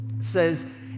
says